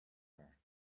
are